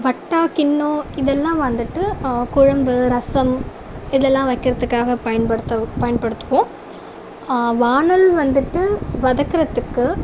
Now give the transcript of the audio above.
வட்டா கிண்ணம் இதெல்லாம் வந்துட்டு குழம்பு ரசம் இதெல்லாம் வைக்கிறதுக்காக பயன்படுத்த பயன்படுத்துவோம் வானல் வந்துட்டு வதக்குறதுக்கு